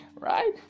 Right